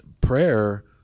prayer